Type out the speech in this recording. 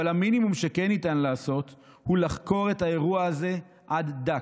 אבל המינימום שכן ניתן לעשות הוא לחקור את האירוע הזה עד דק.